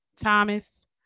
Thomas